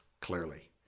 clearly